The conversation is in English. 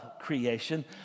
creation